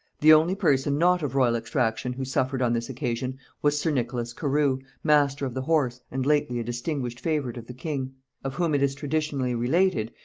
the only person not of royal extraction who suffered on this occasion was sir nicholas carew, master of the horse, and lately a distinguished favourite of the king of whom it is traditionally related,